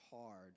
hard